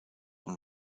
und